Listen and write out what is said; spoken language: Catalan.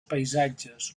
paisatges